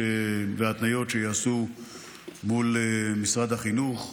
וההתניות שייעשו מול משרד החינוך.